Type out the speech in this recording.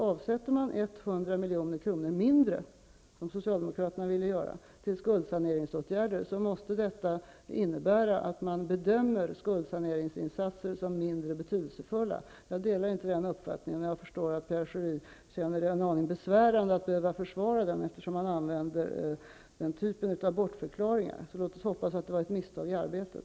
Avsätter man 100 Socialdemokraterna ville göra, måste detta innebära att man bedömer skuldsaneringsinsatser som mindre betydelsefulla. Jag delar inte den uppfattningen, och jag förstår att Pierre Schori finner det en aning besvärande att behöva försvara detta, eftersom han använder denna typ av bortförklaringar. Låt oss hoppas att det var ett misstag i arbetet.